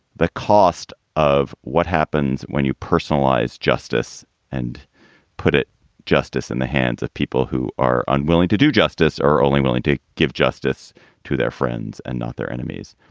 the cost of what happens when you personalize justice and put it justice in the hands of people who are unwilling to do justice, are only willing to give justice to their friends and not their enemies.